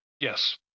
Yes